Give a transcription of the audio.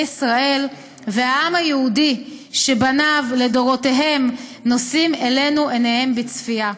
ישראל והעם היהודי שבניו לדורותיהם נושאים אלינו עיניהם בציפייה,